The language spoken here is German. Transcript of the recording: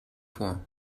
vor